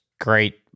great